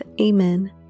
amen